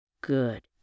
Good